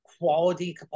quality